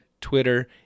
twitter